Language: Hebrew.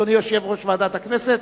אדוני יושב-ראש ועדת הכנסת,